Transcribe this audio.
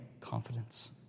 confidence